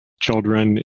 children